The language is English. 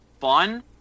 fun